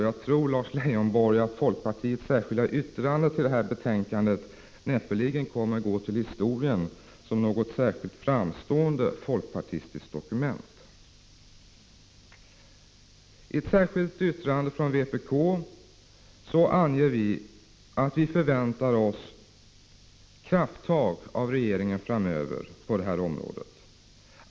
Jag tror, Lars Leijonborg, att folkpartiets särskilda yttrande till betänkandet näppeligen kommer att gå till historien som ett särskilt framstående folkpartistiskt dokument. I ett särskilt yttrande från vpk anger vi att vi förväntar oss krafttag av regeringen framöver på detta område.